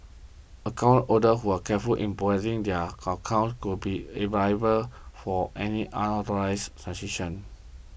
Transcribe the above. account holders who were careful in protecting their accounts would not be liable for any transactions